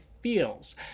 feels